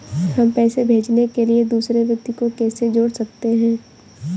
हम पैसे भेजने के लिए दूसरे व्यक्ति को कैसे जोड़ सकते हैं?